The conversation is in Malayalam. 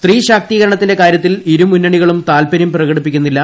സ്ത്രീ ശാക്തീകരണത്തിന്റെ കാര്യത്തിൽ ഇരുമുന്നണികളും താൽപരൃം പ്രകടിപ്പിക്കുന്നില്ല